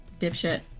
dipshit